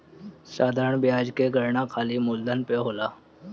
साधारण बियाज कअ गणना खाली मूलधन पअ होला